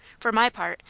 for my part,